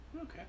okay